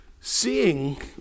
seeing